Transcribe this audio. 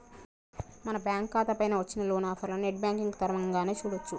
మన బ్యాంకు ఖాతా పైన వచ్చిన లోన్ ఆఫర్లను నెట్ బ్యాంకింగ్ తరవంగానే చూడొచ్చు